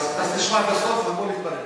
תשמע, בסוף הכול יתבהר.